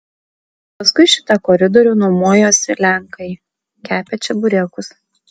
paskui šitą koridorių nuomojosi lenkai kepę čeburekus